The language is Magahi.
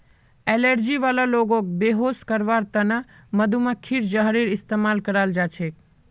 एलर्जी वाला लोगक बेहोश करवार त न मधुमक्खीर जहरेर इस्तमाल कराल जा छेक